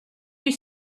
you